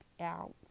out